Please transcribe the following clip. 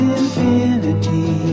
infinity